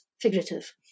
figurative